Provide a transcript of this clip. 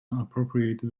appropriate